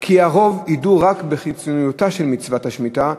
כי הרוב ייגעו רק בחיצוניותה של מצוות השמיטה,